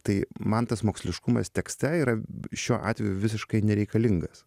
tai man tas moksliškumas tekste yra šiuo atveju visiškai nereikalingas